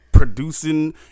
producing